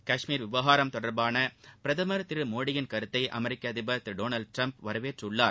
கஷ்மீர் விவகாரம் தொடர்பான பிரதமர் திரு மோடி யின் கருத்தை அமெரிக்க அதிபர் திரு டொனால்டு ட்டிரம்ப் வரவேற்றுள்ளார்